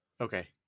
Okay